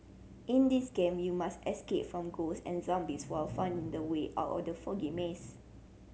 in this game you must escape from ghost and zombies while finding the way out of the foggy maze